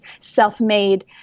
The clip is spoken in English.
self-made